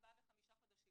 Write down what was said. ארבעה וחמישה חודשים